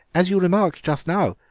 as you remarked just now,